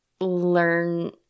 learn